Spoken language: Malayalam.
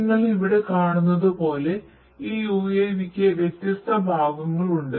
നിങ്ങൾ ഇവിടെ കാണുന്നതുപോലെ ഈ UAV ക്ക് വ്യത്യസ്ത ഭാഗങ്ങളുണ്ട്